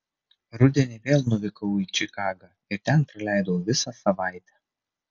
rudenį vėl nuvykau į čikagą ir ten praleidau visą savaitę